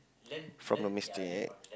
from your mistake